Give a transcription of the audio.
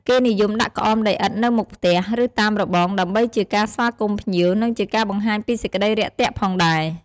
គេនិយមដាក់ក្អមដីឥដ្ឋនៅមុខផ្ទះ ឬតាមរបង ដើម្បីជាការស្វាគមន៍ភ្ញៀវ និងជាការបង្ហាញពីសេចក្តីរាក់ទាក់ផងដែរ។